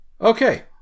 Okay